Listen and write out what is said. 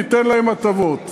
ניתן להם הטבות,